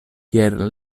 kiel